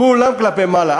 כולם כלפי מעלה.